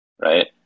right